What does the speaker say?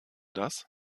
das